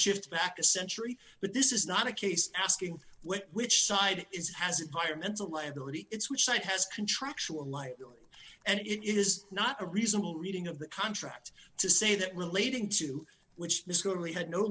shift back a century but this is not a case asking which side is has a higher mental liability it's which side has contractual lightly and it is not a reasonable reading of the contract to say that relating to which discovery had no